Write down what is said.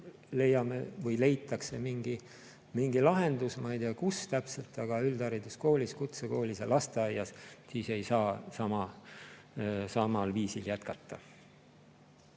siis leitakse mingi lahendus, ma ei tea, kus täpselt, aga üldhariduskoolis, kutsekoolis ja lasteaias samal viisil jätkata